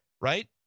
right